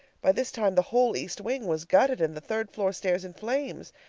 by this time the whole east wing was gutted and the third-floor stairs in flames.